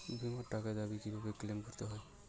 বিমার টাকার দাবি কিভাবে ক্লেইম করতে হয়?